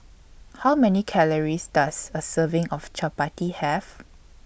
How Many Calories Does A Serving of Chappati Have